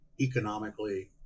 economically